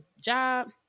job